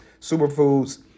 superfoods